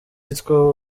yitwa